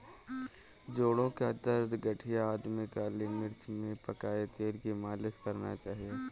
जोड़ों का दर्द, गठिया आदि में काली मिर्च में पकाए तेल की मालिश करना चाहिए